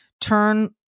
turn